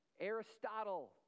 Aristotle